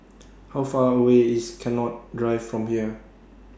How Far away IS Connaught Drive from here